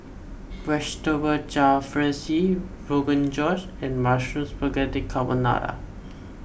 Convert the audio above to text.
Vegetable Jalfrezi Rogan Josh and Mushroom Spaghetti Carbonara